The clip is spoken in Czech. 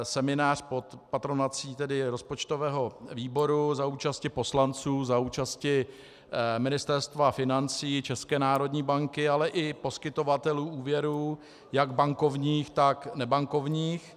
Seminář pod patronací rozpočtového výboru za účasti poslanců, za účasti Ministerstva financí, České národní banky, ale i poskytovatelů úvěrů jak bankovních, tak nebankovních.